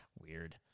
Weird